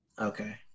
Okay